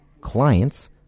clients